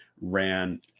ran